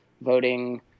voting